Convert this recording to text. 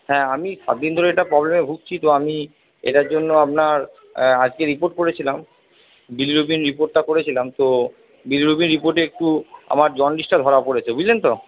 হ্যাঁ আমি সাতদিন ধরে এটা পবলেমে ভুগছি তো আমি এটার জন্য আপনার আজকে রিপোর্ট করেছিলাম বিলিরুবিন রিপোর্টটা করেছিলাম তো বিলিরুবিন রিপোর্টে একটু আমার জন্ডিসটা ধরা পরেছে বুঝলেন তো